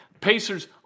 Pacers